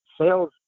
sales